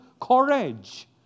courage